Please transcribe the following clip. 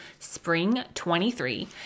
SPRING23